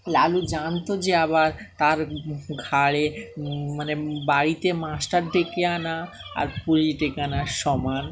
লালু জানতো যে আবার তার ঘাড়ে মানে বাড়িতে মাস্টার ডেকে আনা আর পুলিশ ডেকে আনার সমান